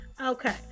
okay